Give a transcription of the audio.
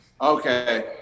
Okay